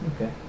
Okay